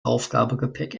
aufgabegepäck